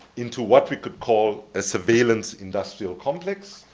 into what we could call a surveillance-industrial complex,